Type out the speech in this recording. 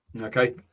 Okay